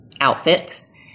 outfits